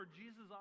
jesus